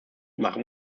macht